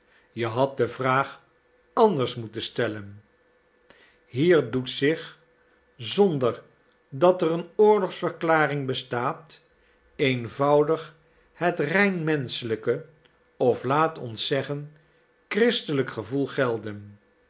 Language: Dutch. je had de vraag anders moeten stellen hier doet zich zonder dat er een oorlogsverklaring bestaat eenvoudig het rein menschelijke of laat ons zeggen christelijk gevoel gelden